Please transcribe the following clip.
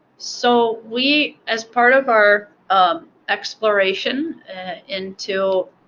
so we, as part of our um exploration into